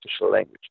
language